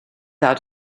out